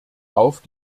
auf